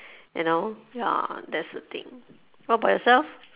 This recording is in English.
you know ya that's the thing what about yourself